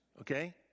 okay